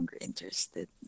interested